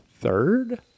third